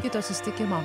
kito susitikimo